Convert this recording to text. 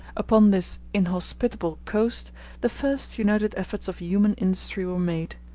upon this inhospitable coast the first united efforts of human industry were made.